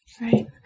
Right